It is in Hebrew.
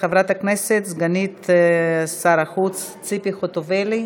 חברת הכנסת סגנית שר החוץ ציפי חוטובלי,